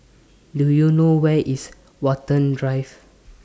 Do YOU know Where IS Watten Drive